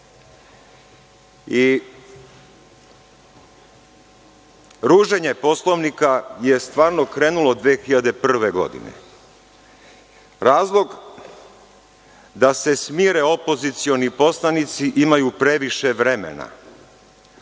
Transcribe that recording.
Poslovnika je stvarno krenulo 2001. godine. Razlog – da se smire opozicioni poslanici, imaju previše vremena.